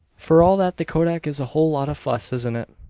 for all that the kodak is a whole lot of fuss, isn't it?